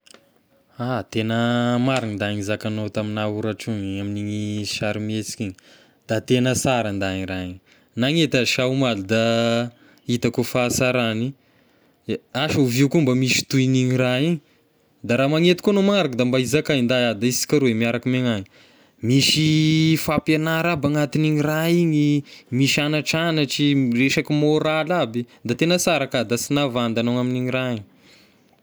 Ah, tena marina ndahy igny zakagnao tamigna oratrony amin'igny sarimehitsika igny, da tegna sara ndahy e raha igny, nagnety azy sha omaly da hitako fahasarany, e- ansa ovia koa mba misy tohin'igny raha igny, da raha magnety koa agnao a manaraka da mba izakay ndah iaho da isika roy miaraka megnany, nisy fampianara aby anatin'igny raha igny, misy anatranatry miresaky môraly aby, da tegna sara ka, da sy navandy agnao amin'igny raha igny.